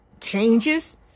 Changes